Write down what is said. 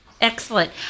Excellent